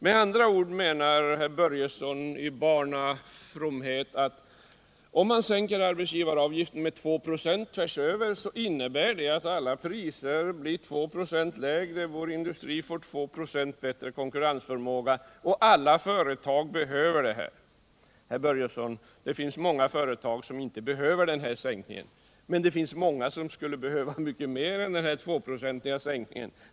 Med andra ord menar herr Börjesson i barnafromhet att om man sänker arbetsgivaravgiften med 2 96 tvärs över innebär det att alla priser blir 2 96 lägre, att vår industri får 2 26 bättre konkurrensförmåga och att alla företag behöver detta. Herr Börjesson! Det finns många företag som inte behöver den här sänkningen. Men det finns många som skulle behöva mycket mer än denna 2-procentiga sänkning.